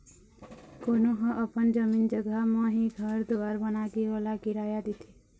कोनो ह अपन जमीन जघा म ही घर दुवार बनाके ओला किराया देथे